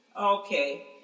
Okay